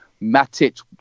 Matic